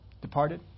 departed